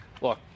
Look